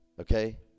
okay